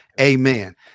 amen